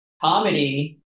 comedy